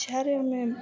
જ્યારે અમે